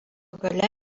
gale